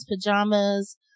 pajamas